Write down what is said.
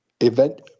event